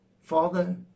Father